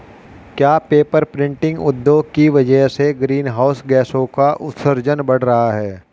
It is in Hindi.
क्या पेपर प्रिंटिंग उद्योग की वजह से ग्रीन हाउस गैसों का उत्सर्जन बढ़ रहा है?